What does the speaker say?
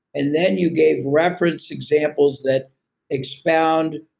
and then you gave reference examples that expound,